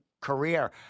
career